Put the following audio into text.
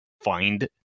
find